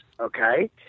Okay